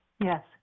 Yes